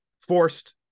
forced